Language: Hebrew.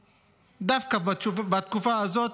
דווקא, דווקא בתקופה הזאת,